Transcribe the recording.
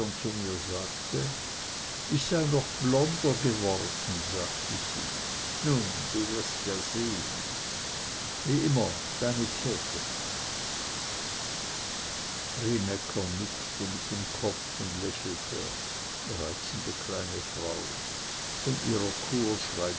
zu mir sagte ich sei noch blonder geworden sagte sie nun du wirst ja sehn wie immer deine käthe rienäcker nickte mit dem kopf und lächelte reizende kleine frau von ihrer kur schreibt